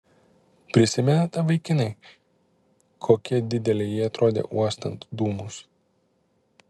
prisimenate vaikinai kokia didelė ji atrodė uostant dūmus